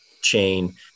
chain